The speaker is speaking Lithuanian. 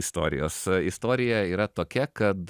istorijos istorija yra tokia kad